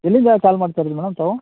ಎಲ್ಲಿಂದ ಕಾಲ್ ಮಾಡ್ತಿರೋದು ಮೇಡಮ್ ತಾವು